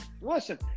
Listen